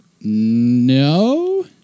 No